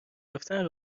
رفتن